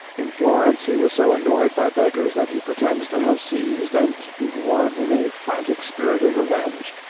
in florence he was so annoyed by beggars that he pretends to have seized and eaten one in a frantic spirit of revenge.